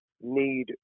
need